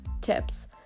tips